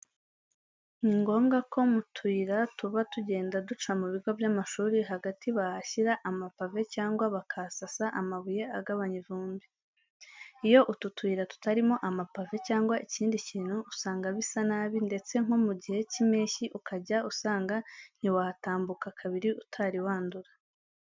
Ni ngombwa ko mu tuyira tuba tugenda duca mu bigo by'amashuri hagati bahashyira amapave cyangwa bakahasasa amabuye agabanya ivumbi. Iyo utu tuyira tutarimo amapave cyangwa ikindi kintu usanga bisa nabi ndetse nko mu gihe cy'impeshyi ukajya usanga ntiwahatambuka kabiri utari wandura.